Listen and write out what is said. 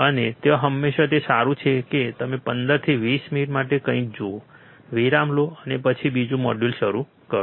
અને ત્યાં હંમેશા તે સારું છે કે તમે 15 થી 20 મિનિટ માટે કંઈક જુઓ વિરામ લો અને પછી બીજું મોડ્યુલ શરૂ કરો